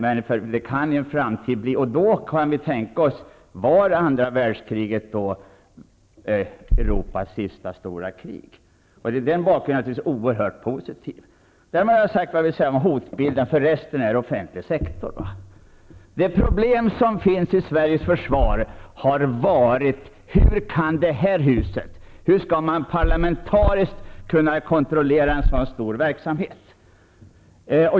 Man kan nu äntligen tänka: Var andra världskriget Europas sista stora krig? Den bakgrunden är naturligtvis oerhört positiv. Därmed har jag sagt vad jag vill säga om hotbilden. Resten är offentlig sektor. Ett grundläggande problem rörande Sveriges försvar har varit hur man parlamentariskt skall kunna kontrollera en så stor verksamhet.